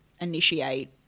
initiate